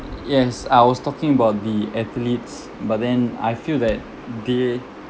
yes I was talking about the athletes but then I feel that they